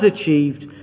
achieved